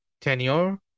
tenure